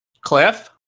Cliff